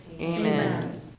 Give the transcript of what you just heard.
amen